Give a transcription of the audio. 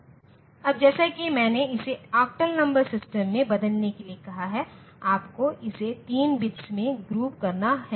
अब जैसा कि मैंने इसे ऑक्टल नंबर सिस्टम में बदलने के लिए कहा है आपको इसे 3 बिट्स में ग्रुप करना है